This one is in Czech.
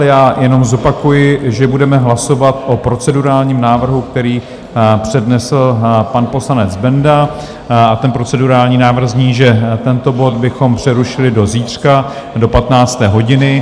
Já jenom zopakuji, že budeme hlasovat o procedurálním návrhu, který přednesl pan poslanec Benda, a ten procedurální návrh zní, že tento bod bychom přerušili do zítřka do 15. hodiny.